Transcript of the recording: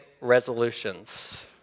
resolutions